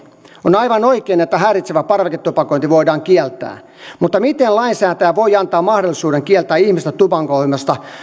on aivan oikein että häiritsevä parveketupakointi voidaan kieltää mutta miten lainsäätäjä voi antaa mahdollisuuden kieltää ihmistä tupakoimasta